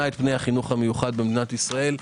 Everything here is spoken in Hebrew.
את פני החינוך המיוחד במדינת ישראל.